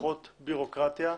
פחות בירוקרטיה,